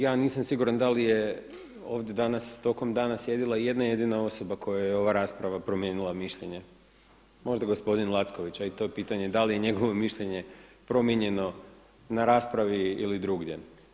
Ja nisam siguran da li je ovdje danas tokom dana sjedila i jedna jedina osoba kojoj je ova rasprava promijenila mišljenje, možda gospodin Lacković a i to je pitanje da li je njegovo mišljenje promijenjeno na raspravi ili drugdje.